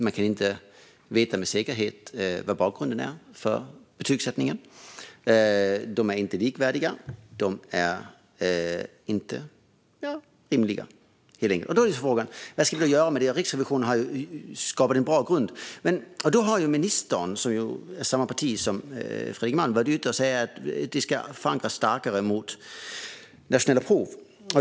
Man kan inte med säkerhet veta bakgrunden till betygsättningen. Betygen är inte likvärdiga. De är inte rimliga. Då är frågan: Vad ska vi göra? Riksrevisionen har skapat en bra grund. Ministern, som tillhör samma parti som Fredrik Malm, har varit ute och sagt att det ska vara en starkare förankring i nationella prov.